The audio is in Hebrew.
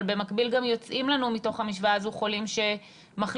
אבל במקביל גם יוצאים לנו מתוך המשוואה הזו חולים שמחלימים